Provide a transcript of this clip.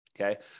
okay